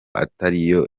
atariyo